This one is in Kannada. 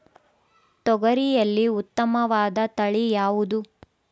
ತೊಗರಿಯಲ್ಲಿ ಉತ್ತಮವಾದ ತಳಿ ಯಾವುದು?